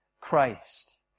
Christ